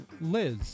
Liz